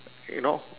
you know